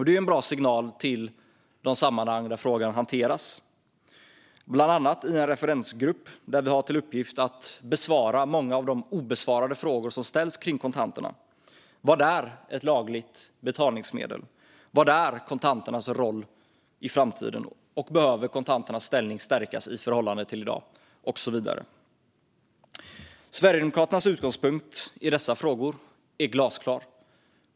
Det är en bra signal till de sammanhang där frågan hanteras, bland annat i en referensgrupp där vi har till uppgift att besvara många av de obesvarade frågor som ställs om kontanterna. Vad är ett lagligt betalningsmedel? Vad är kontanternas roll i framtiden? Behöver kontanternas ställning stärkas i förhållande till i dag? Sverigedemokraternas utgångspunkt i dessa frågor är glasklar.